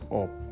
up